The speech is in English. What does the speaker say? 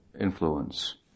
influence